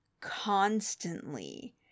constantly